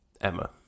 Emma